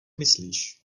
myslíš